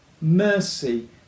mercy